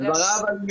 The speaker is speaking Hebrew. בעניין.